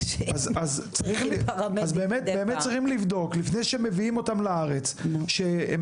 אז באמת צריכים לבדוק לפני שמביאים אותם לארץ שהם